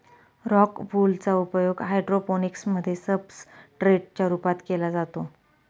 rock wool चा उपयोग hydroponics मध्ये सब्सट्रेट च्या रूपात केला जातो